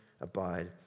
abide